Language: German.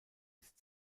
ist